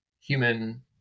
human